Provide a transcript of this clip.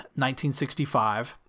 1965